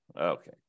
okay